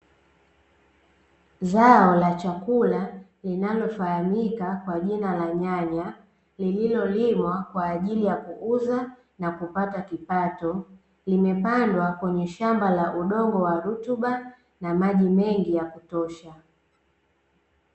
Zao la chakula linalofahamika kwa jina la nyanya lililolimwa kwa ajili ya kuuza na kupata kipato, limepandwa kwenye shamba la udongo wa rutuba na maji mengi ya kutosha .